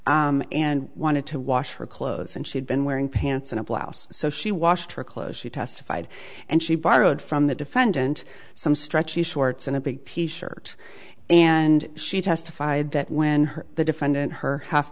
so and wanted to wash her clothes and she'd been wearing pants and a blouse so she washed her clothes she testified and she borrowed from the defendant some stretchy shorts and a big t shirt and she testified that when the defendant her half